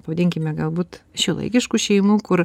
pavadinkime galbūt šiuolaikiškų šeimų kur